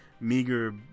meager